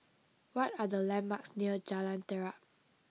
what are the landmarks near Jalan Terap